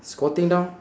squatting down